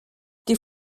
die